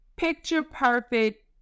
Picture-perfect